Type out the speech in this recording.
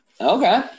Okay